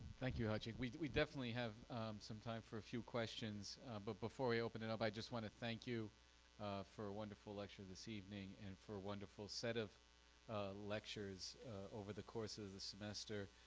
thank you khatchig, we we definitely have some time for a few questions but before we open and up i just want to thank you for a wonderful lecture this evening and for wonderful set of lectures over the course of the semester.